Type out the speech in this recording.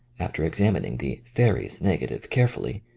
after examining the fairies negative carefully,